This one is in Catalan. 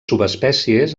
subespècies